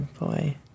boy